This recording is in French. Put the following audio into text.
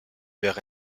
vers